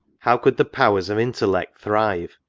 how could the powers of intellect thrive,